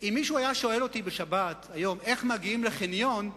אם היום מישהו היה שואל אותי בשבת איך מגיעים לחניון,